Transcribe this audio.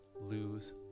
lose